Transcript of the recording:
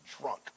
drunk